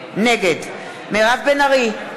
נגד מירב בן ארי,